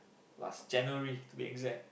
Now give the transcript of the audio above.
last January to be exact